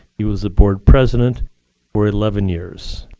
he was the board president for eleven years.